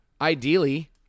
ideally